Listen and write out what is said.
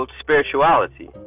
spirituality